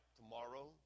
tomorrow